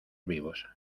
vivos